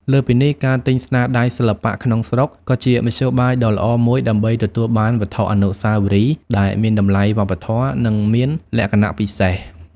លើសពីនេះ ការទិញស្នាដៃសិល្បៈក្នុងស្រុកក៏ជាមធ្យោបាយដ៏ល្អមួយដើម្បីទទួលបានវត្ថុអនុស្សាវរីយ៍ដែលមានតម្លៃវប្បធម៌ និងមានលក្ខណៈពិសេស។